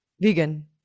Vegan